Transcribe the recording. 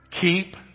Keep